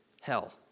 hell